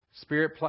spirit